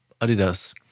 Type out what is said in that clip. Adidas